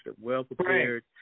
well-prepared